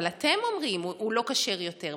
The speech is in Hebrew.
אבל אתם אומרים: הוא לא כשר יותר,